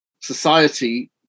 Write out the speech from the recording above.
society